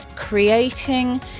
creating